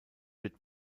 wird